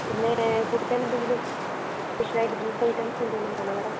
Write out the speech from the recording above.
പിന്നേ കുടിക്കാൻ എന്തെങ്കിലും സ്പെഷ്യലായിട്ട് ജ്യൂസ് ഐറ്റംസ് എന്തെങ്കിലും വേണോ മാഡം